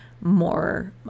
more